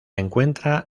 encuentra